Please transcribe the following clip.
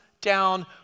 down